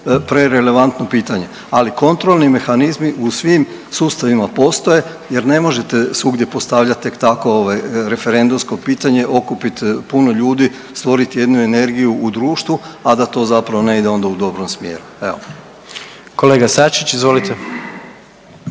pre relevantno pitanje, ali kontrolni mehanizmi u svim sustavima postoje jer ne možete svugdje postavljat tek tako referendumsko pitanje okupit puno ljudi, stvoriti jednu energiju u društvu, a da to zapravo ne ide onda u dobrom smjeru, evo.